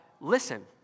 listen